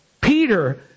Peter